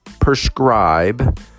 prescribe